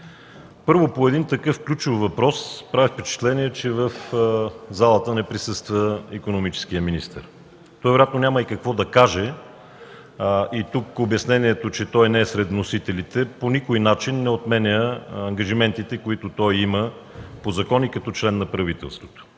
Първо, по един такъв ключов въпрос прави впечатление, че в залата не присъства икономическият министър. Той вероятно няма и какво да каже и обяснението, че не е сред вносителите по никой начин не отменя ангажиментите, които той има по закони, като член на правителството.